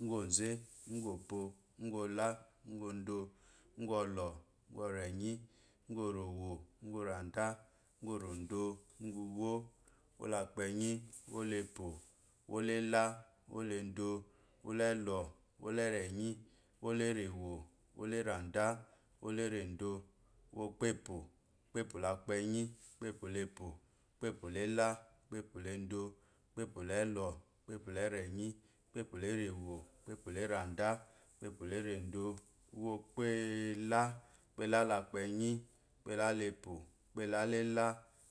Úgú oze, ugúopó ugú olá ugú odó ugu olo ugú orɔhi ugu orowe. úgú ɔrada úgu oródo úgú úwo úwóla eve uwo la epó awu úwola eha uwu uwola edo uwúwo la elo úwu uwola ereyi uwj uwu la erehe uwu la erada uwu uwo la irendo uwo epepo u wo pe po la ezé uwo epepo la epo uwopepo la ela uwopepo la endo uwo epepo la elo úwó epepo la ereni úweperu nyi uweperenyi la kuyi uweperenyi la epo uweperenyi la ela